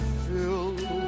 fill